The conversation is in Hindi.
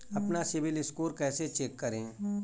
अपना सिबिल स्कोर कैसे चेक करें?